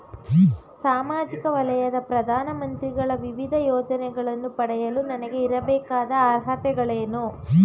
ಸಾಮಾಜಿಕ ವಲಯದ ಪ್ರಧಾನ ಮಂತ್ರಿಗಳ ವಿವಿಧ ಯೋಜನೆಗಳನ್ನು ಪಡೆಯಲು ನನಗೆ ಇರಬೇಕಾದ ಅರ್ಹತೆಗಳೇನು?